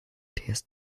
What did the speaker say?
tastes